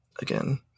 again